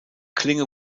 klinge